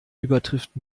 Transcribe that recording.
übertrifft